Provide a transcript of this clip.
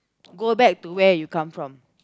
go back to where you come from